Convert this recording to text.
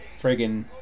friggin